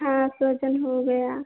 हाँ सहजन हो गया